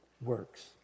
works